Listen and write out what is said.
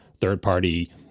third-party